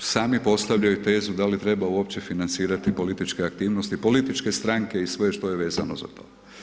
sami postavljaju tezu da li treba uopće financirati političke aktivnosti, političke stranke i sve što je vezano za to.